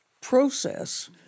process